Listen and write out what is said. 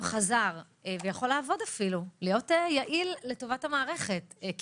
חזר להיות יעיל לטובת המערכת ויכול לעבוד,